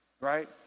right